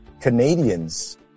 Canadians